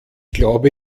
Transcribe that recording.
glaube